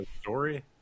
story